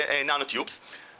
nanotubes